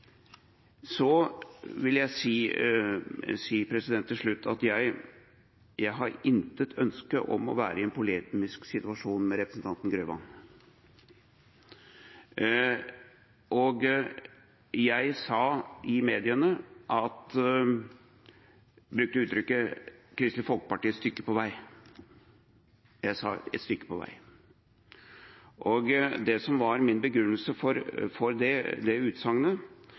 Så vil jeg si til slutt at jeg har intet ønske om å være i en polemisk situasjon med representanten Grøvan. Jeg brukte i mediene uttrykket «Kristelig Folkeparti et stykke på vei» – jeg sa «et stykke på vei». Det som var min begrunnelse for det utsagnet,